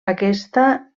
aquesta